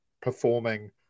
performing